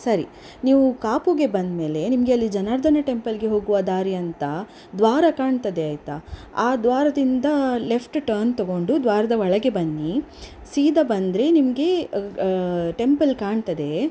ಸರಿ ನೀವು ಕಾಪುಗೆ ಬಂದ್ಮೇಲೆ ನಿಮಗೆ ಅಲ್ಲಿ ಜನಾರ್ಧನ ಟೆಂಪಲ್ಗೆ ಹೋಗುವ ದಾರಿ ಅಂತ ದ್ವಾರ ಕಾಣ್ತದೆ ಆಯಿತಾ ಆ ದ್ವಾರದಿಂದ ಲೆಫ್ಟ್ ಟರ್ನ್ ತಗೊಂಡು ದ್ವಾರದ ಒಳಗೆ ಬನ್ನಿ ಸೀದಾ ಬಂದರೆ ನಿಮಗೆ ಟೆಂಪಲ್ ಕಾಣ್ತದೆ